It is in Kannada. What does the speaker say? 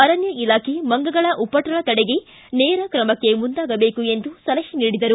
ಅರಣ್ಯ ಇಲಾಖೆ ಮಂಗಗಳ ಉಪಟಳ ತಡೆಗೆ ನೇರ ಕ್ರಮಕ್ಕೆ ಮುಂದಾಗಬೇಕು ಎಂದು ಸಲಹೆ ನೀಡಿದರು